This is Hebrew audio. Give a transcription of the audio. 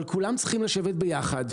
אבל כולם צריכים לשבת ביחד,